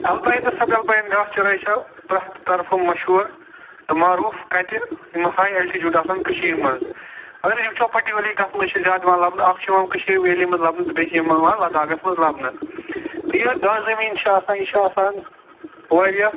Alpine تہٕ سَب alpine گاسہٕ چرٲے چھِ پرٛیٚتھ طرفہٕ مشہوٗر تہٕ معروٗف کَتہِ یِم ہاے آلٹِچیٛوٗڈ آسَن کٔشیٖرِ منٛز اَگر أسۍ وُچھُو پٔرٹِکیٛوٗلَرلی کَتھ منٛز چھِ یِوان زیادٕ لَبنہٕ اَکھ چھِ یِوان کشمیٖر ویلی منٛز لَبنہٕ تہٕ بیٚیہِ چھِ یِم یِوان لداخس منٛز لَبنہٕ تہٕ یہِ گاسہٕ زٔمیٖن چھِ آسان یہِ چھِ آسان واریاہ